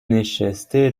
نشسته